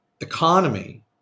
economy